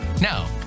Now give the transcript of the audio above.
Now